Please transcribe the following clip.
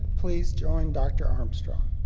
please join dr. armstrong.